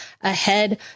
ahead